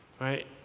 right